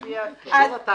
"כישלון".